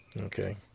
okay